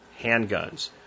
handguns